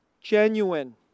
genuine